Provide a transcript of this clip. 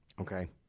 Okay